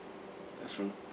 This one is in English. that's true